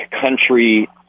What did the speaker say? country